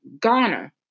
Ghana